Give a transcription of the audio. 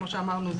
כפי שאמרנו,